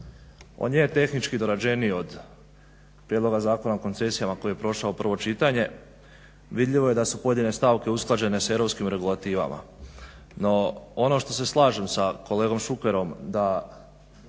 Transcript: On je tehnički dorađeniji od prijedloga Zakona o koncesijama koji je prošao prvo čitanje, vidljivo je da su pojedine stavke usklađene s europskim regulativama no ono što se slažem sa kolegom Šukerom da